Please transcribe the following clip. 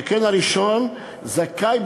שכן הראשון זכאי,